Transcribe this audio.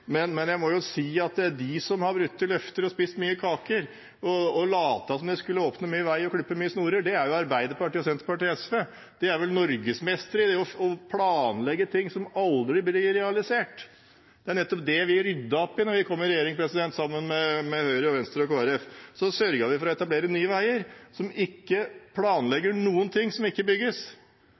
Jeg må si at de som har brutt løfter og spist mye kake, og som har latt som de skulle åpne mye vei og klippe mange snorer, er jo Arbeiderpartiet, Senterpartiet og SV. De er vel norgesmestre i å planlegge ting som aldri blir realisert. Det var nettopp det vi ryddet opp i, da vi kom i regjering, sammen med Høyre, Venstre og Kristelig Folkeparti. Da sørget vi for å etablere Nye Veier, som ikke planlegger noen ting som ikke bygges.